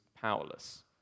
powerless